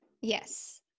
Yes